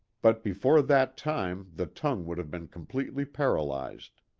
but before that time the tongue would have been completely paralyzed.